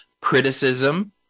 criticism